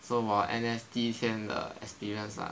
so 我 N_S 第一天的 experience lah